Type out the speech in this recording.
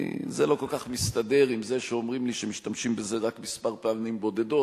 זה לא כל כך מסתדר עם זה שאומרים לי שמשתמשים בזה רק פעמים בודדות,